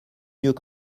mieux